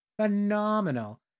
phenomenal